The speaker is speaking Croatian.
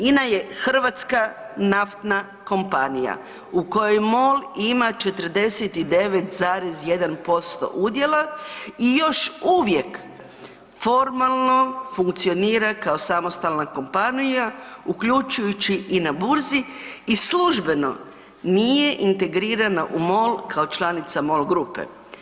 INA je hrvatska naftna kompanija u kojoj MOL ima 49,1% udjela i još uvijek formalno funkcionira kao samostalna kompanija uključujući na burzi i službeno nije integrirana u MOL kao članica MOL grupe.